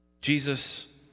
Jesus